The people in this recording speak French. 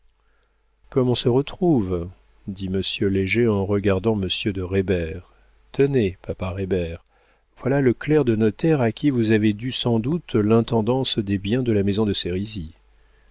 comme on se retrouve dit monsieur léger en regardant monsieur de reybert tenez papa reybert voilà le clerc de notaire à qui vous avez dû sans doute l'intendance des biens de la maison de